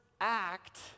act